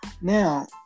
Now